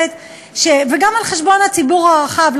וגם על חשבון הציבור הרחב,